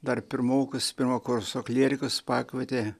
dar pirmokus pirmo kurso klierikus pakvietė